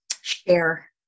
share